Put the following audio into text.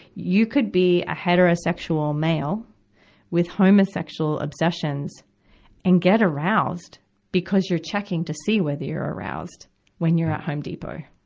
you could be a heterosexual male with homosexual obsessions and get aroused because you're checking to see whether you're aroused when you're at home depot,